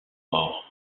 morts